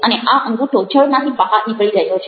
અને આ અંગૂઠો જળમાંથી બહાર નીકળી રહ્યો છે